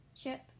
Chip